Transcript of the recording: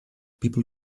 people